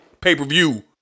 Pay-per-view